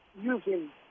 using